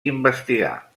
investigar